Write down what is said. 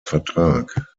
vertrag